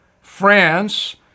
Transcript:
France